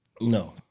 No